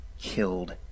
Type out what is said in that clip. killed